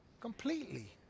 Completely